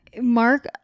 Mark